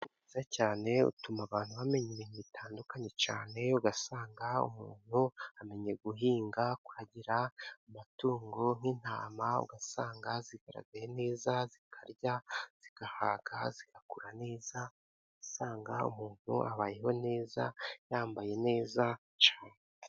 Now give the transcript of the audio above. Ni byiza cyane, utuma abantu bamenya ibintu bitandukanye cyane, ugasanga umuntu amenye guhinga, kuragira amatungo nk'intama, ugasanga zigaragaye neza, zikarya, zigahaga, zigakura neza. Usanga umuntu abayeho neza, yambaye neza cyane.